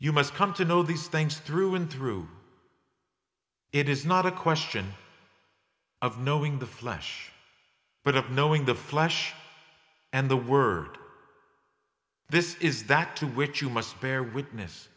you must come to know these things through and through it is not a question of knowing the flesh but of knowing the flesh and the word this is that to which you must bear witness